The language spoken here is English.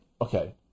okay